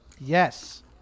Yes